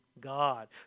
God